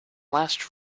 last